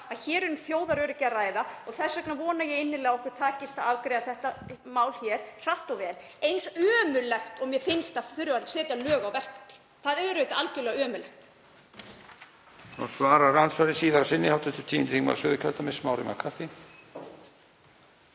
að hér er um þjóðaröryggi að ræða. Þess vegna vona ég innilega að okkur takist að afgreiða þetta mál hratt og vel, eins ömurlegt og mér finnst að þurfa að setja lög á verkföll. Það er auðvitað algjörlega ömurlegt.